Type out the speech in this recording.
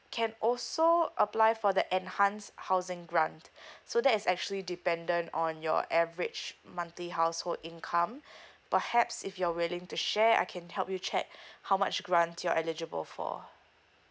can also apply for the enhanced housing grant so that is actually dependent on your average monthly household income but perhaps if you're willing to share I can help you check how much grant you're eligible for